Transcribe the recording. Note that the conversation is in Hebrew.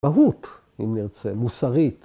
‫מהות, אם נרצה, מוסרית.